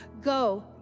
go